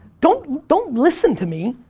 don't don't listen to me.